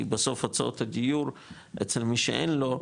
כי בסוף הוצאות הדיור אצל מי שאין לו,